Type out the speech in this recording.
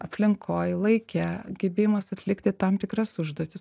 aplinkoj laike gebėjimas atlikti tam tikras užduotis